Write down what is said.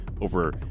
over